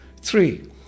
Three